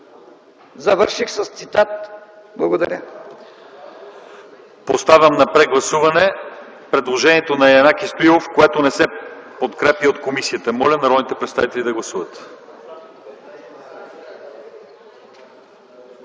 Завърших с цитат. Благодаря.